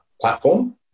platform